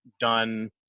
done